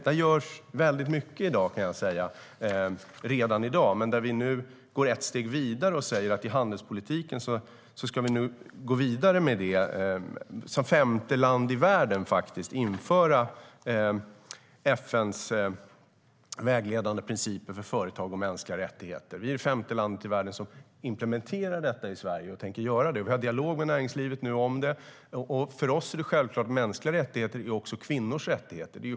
Det görs mycket redan i dag, men nu går vi ett steg vidare i handelspolitiken och inför FN:s vägledande principer för företag och mänskliga rättigheter. Sverige är det femte landet i världen som implementerar dessa, och vi har en dialog med näringslivet om det. För oss är mänskliga rättigheter också kvinnors rättigheter.